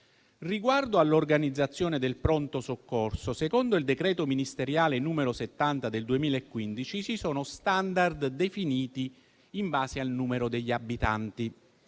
Riguardo all'organizzazione del pronto soccorso, secondo il decreto ministeriale n. 70 del 2015, ci sono *standard* definiti in base al numero degli abitanti: